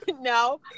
No